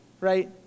right